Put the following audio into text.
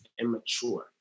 immature